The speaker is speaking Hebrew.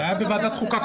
זה היה בוועדת חוקה.